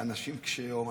ואנשים קשי יום,